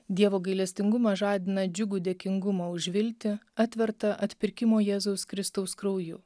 dievo gailestingumas žadina džiugų dėkingumą už viltį atvertą atpirkimo jėzaus kristaus krauju